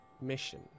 mission